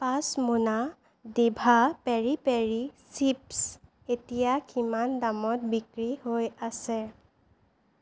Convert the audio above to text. পাঁচ মোনা ডিভা পেৰি পেৰি চিপ্ছ এতিয়া কিমান দামত বিক্ৰী হৈ আছে